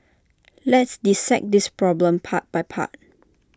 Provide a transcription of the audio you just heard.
let's dissect this problem part by part